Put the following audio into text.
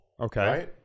Okay